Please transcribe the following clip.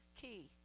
key